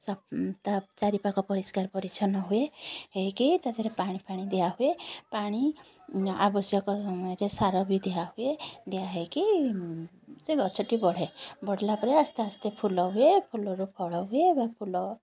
ତା' ଚାରିପାଖ ପରିଷ୍କାର ପରିଚ୍ଛନ୍ନ ହୁଏ ହେଇକି ତା' ଦେହରେ ପାଣି ଫାଣି ଦିଆହୁଏ ପାଣି ଆବଶ୍ୟକ ସମୟରେ ସାର ବି ଦିଆହୁଏ ଦିଆ ହେଇକି ସେ ଗଛଟି ବଢ଼େ ବଢ଼ିଲା ପରେ ଆସ୍ତେ ଆସ୍ତେ ଫୁଲ ହୁଏ ଫୁଲରୁ ଫଳ ହୁଏ ବା ଫୁଲ